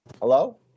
Hello